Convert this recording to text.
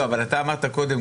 אתה אמרת קודם,